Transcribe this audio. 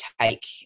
take